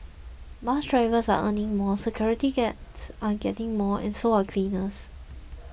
bus drivers are earning more security guards are getting more and so are cleaners